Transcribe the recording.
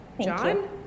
John